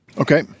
Okay